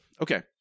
Okay